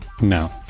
No